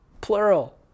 Plural